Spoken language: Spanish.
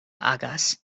hagas